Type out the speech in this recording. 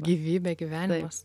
gyvybė gyvenimas